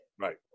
right